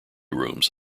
rooms